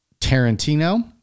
Tarantino